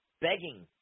begging